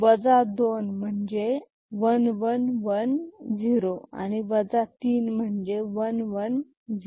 2 is म्हणजे 1 1 1 0 आणि 3 म्हणजे 1101